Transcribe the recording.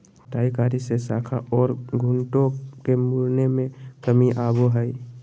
छंटाई कार्य से शाखा ओर खूंटों के मुड़ने में कमी आवो हइ